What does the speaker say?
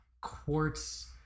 quartz